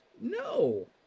No